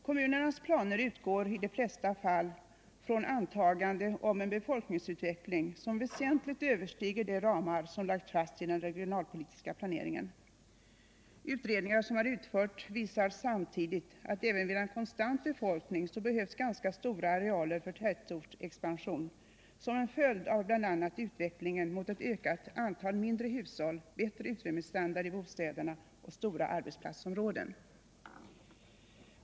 Kommunernas planer utgår i de flesta fall från antaganden om en befolkningsutveckling som väsentligt överstiger de ramar som har lagts fast i den regionalpolitiska planeringen. Utredningar som har utförts visar samtidigt att även vid en konstant befolkning så behövs ganska stora arealer för tätortsexpansion som en följd av bl.a. utvecklingen mot ökat antal mindre hushåll, bättre utrymmesstandard i bostäderna och stora arbetsplatsområden.